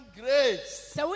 grace